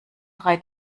drei